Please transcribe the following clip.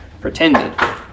pretended